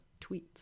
tweets